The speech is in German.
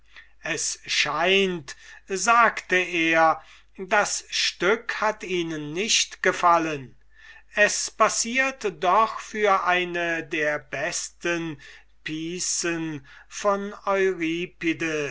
es scheint sagte er das stück hat ihnen nicht gefallen es passiert doch für eine der besten piecen vom